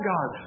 God